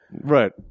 Right